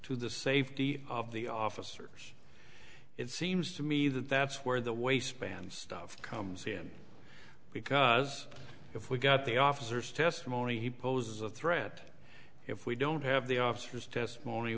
to the safety of the officers it seems to me that that's where the waistband stuff comes in because if we got the officers testimony he poses a threat if we don't have the officer's testimony